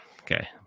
Okay